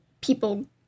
people